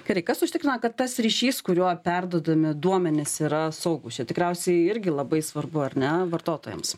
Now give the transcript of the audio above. gerai kas užtikrina kad tas ryšys kuriuo perduodami duomenys yra saugūs čia tikriausiai irgi labai svarbu ar ne vartotojams